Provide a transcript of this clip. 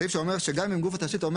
סעיף שאומר שגם גוף התשתית אומר